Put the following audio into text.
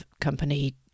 company